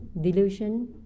delusion